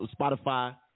Spotify